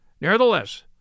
Nevertheless